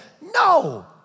No